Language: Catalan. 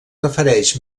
refereix